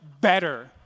better